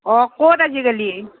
অঁ ক'ত আজিকালি